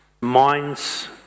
minds